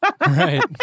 Right